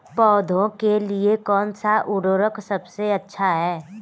पौधों के लिए कौन सा उर्वरक सबसे अच्छा है?